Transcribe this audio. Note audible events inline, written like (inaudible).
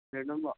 (unintelligible)